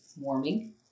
warming